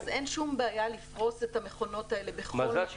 אז אין שום בעיה לפרוס את המכונות האלה בכל מקום.